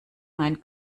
nein